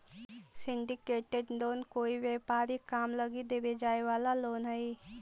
syndicated loan कोई व्यापारिक काम लगी देवे जाए वाला लोन हई